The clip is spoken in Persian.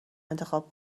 انتخاب